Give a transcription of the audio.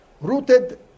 rooted